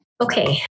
Okay